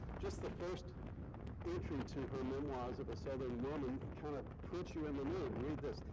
just the first entry to her memoirs of the southern woman kind of puts you in the mood. read this,